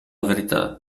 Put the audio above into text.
verità